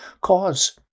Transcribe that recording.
cause